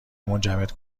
منجمد